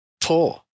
poor